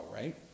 right